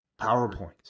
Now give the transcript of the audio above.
PowerPoint